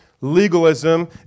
legalism